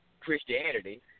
Christianity